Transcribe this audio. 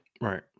Right